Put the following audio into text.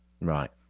Right